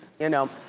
you know.